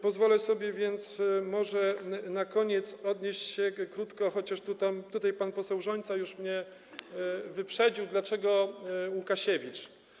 Pozwolę sobie więc może na koniec odnieść się krótko do tego - chociaż pan poseł Rzońca już mnie wyprzedził - dlaczego Łukasiewicz.